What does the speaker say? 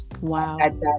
Wow